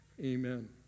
Amen